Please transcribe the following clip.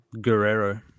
Guerrero